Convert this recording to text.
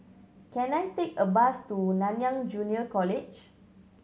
can I take a bus to Nanyang Junior College